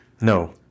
No